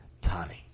Tani